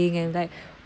oh